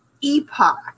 epoch